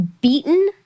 beaten